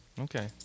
Okay